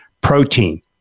Protein